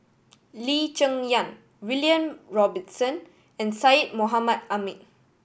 Lee Cheng Yan William Robinson and Syed Mohamed Ahmed